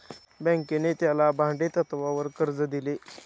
बँकेने त्याला भाडेतत्वावर कर्ज दिले